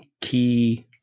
key